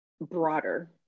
broader